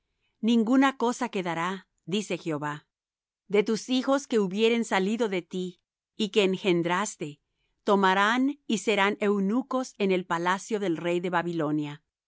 ninguna cosa quedará dice jehová de tus hijos que hubieren salido de ti y que engendraste tomarán y serán eunucos en el palacio del rey de babilonia y